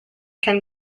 can